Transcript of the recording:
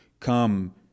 come